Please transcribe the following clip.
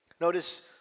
Notice